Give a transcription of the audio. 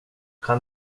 kan